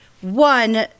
one